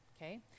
Okay